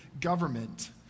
government